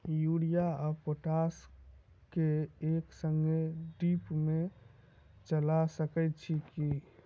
Urea आ potash केँ एक संगे ड्रिप मे चला सकैत छी की?